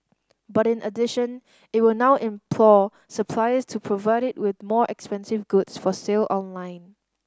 but in addition it will now implore suppliers to provide it with more expensive goods for sale online